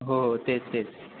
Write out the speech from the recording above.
हो तेच तेच